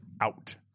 out